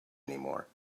anymore